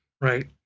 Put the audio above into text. Right